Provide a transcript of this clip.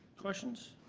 questions?